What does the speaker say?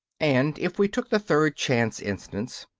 and if we took the third chance instance,